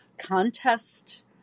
contest